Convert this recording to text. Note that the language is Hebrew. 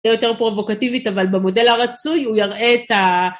זה יותר פרובוקטיבית, אבל במודל הרצוי הוא יראה את ה...